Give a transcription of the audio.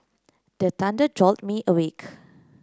the thunder jolt me awake